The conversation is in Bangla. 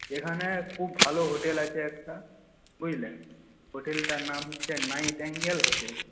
এখানে খুব ভালো হোটেল আছে একটা বুঝলেন হোটেলটার নাম হচ্ছে নাইটিঙ্গেল হোটেল